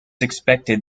expected